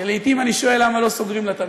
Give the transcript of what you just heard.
שלעתים אני שואל למה לא סוגרים לה את המיקרופון.